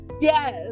yes